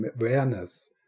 awareness